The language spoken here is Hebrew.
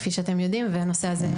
כפי שאתם יודעים והנושא הזה נידון גם שם.